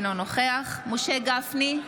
אינו נוכח משה גפני,